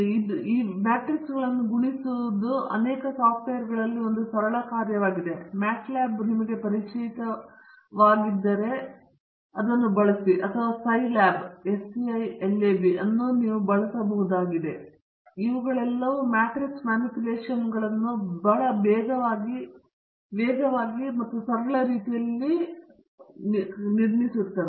ವಿಪರ್ಯಾಸವನ್ನು ಮಾಡುವುದು ಮತ್ತು ಮ್ಯಾಟ್ರಿಸೈಸ್ ಅನ್ನು ಗುಣಿಸುವುದು ಅನೇಕ ಸಾಫ್ಟ್ವೇರ್ಗಳಲ್ಲಿ ಒಂದು ಸರಳ ಕಾರ್ಯವಾಗಿದೆ MATLAB ನೀವು ಪರಿಚಿತರಾಗಿರಬಹುದು ಅಥವಾ Scilab ಅನ್ನು ನೀವು ಬಳಸಬಹುದಾಗಿರುತ್ತದೆ ಈ ಎಲ್ಲಾ ಮ್ಯಾಟ್ರಿಕ್ಸ್ ಮ್ಯಾನಿಪ್ಯುಲೇಷನ್ಗಳನ್ನು ಬಹಳ ವೇಗವಾಗಿ ಮತ್ತು ಸರಳ ರೀತಿಯಲ್ಲಿ ಮಾಡಲಾಗುತ್ತದೆ